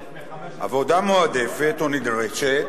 עבודה מועדפת או נדרשת,